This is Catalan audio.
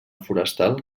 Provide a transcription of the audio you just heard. forestal